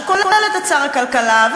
שכוללת את שר הכלכלה,